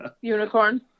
Unicorn